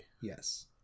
Yes